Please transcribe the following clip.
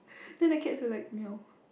then the cat was like meow